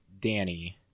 Danny